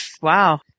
wow